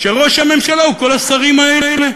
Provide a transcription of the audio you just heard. שראש הממשלה הוא כל השרים האלה.